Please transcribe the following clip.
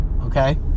okay